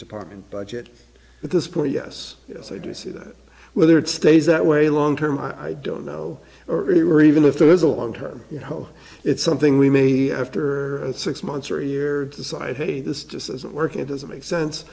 department budget at this point yes yes i do see that whether it stays that way long term i don't know or anywhere even if there's a long term you know it's something we may be after at six months or a year decide hey this just isn't working it doesn't make sense